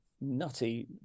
nutty